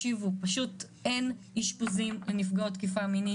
פשוט אין אשפוזים לנפגעות תקיפה מינית.